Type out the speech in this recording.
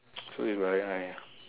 so it's very high